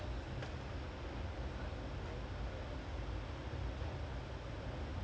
I mean he uh the best I remember of him is that you know the indian lah like two thousand ten